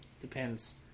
Depends